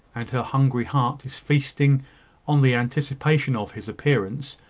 and her hungry heart is feasting on the anticipation of his appearance,